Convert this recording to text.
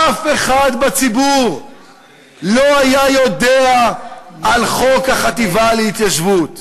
אף אחד בציבור לא היה יודע על חוק החטיבה להתיישבות.